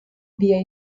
via